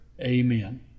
amen